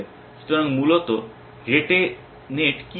সুতরাং মূলত rete net কি করে